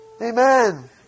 Amen